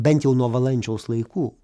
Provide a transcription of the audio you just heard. bent jau nuo valančiaus laikų